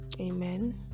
Amen